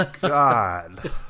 God